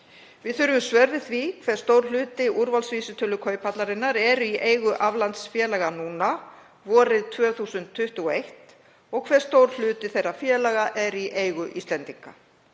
Við þurfum svör við því hve stór hluti úrvalsvísitölu Kauphallarinnar er í eigu aflandsfélaga núna, vorið 2021, og hve stór hluti þeirra félaga er í eigu Íslendinga.